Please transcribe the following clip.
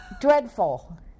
dreadful